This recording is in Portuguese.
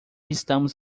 estamos